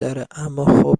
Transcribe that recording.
داره، اماخب